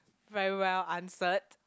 very well answered